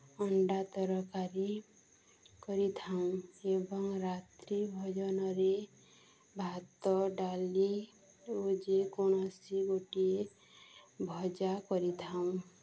ଅଣ୍ଡା ତରକାରୀ କରିଥାଉ ଏବଂ ରାତ୍ରି ଭୋଜନରେ ଭାତ ଡାଲି ଓ ଯେ କୌଣସି ଗୋଟିଏ ଭଜା କରିଥାଉ